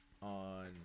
on